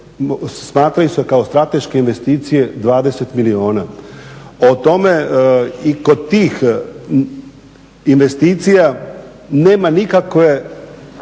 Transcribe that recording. smatraju se kao strateške investicije 20 milijuna. O tome i kod tih investicija nema nikakvog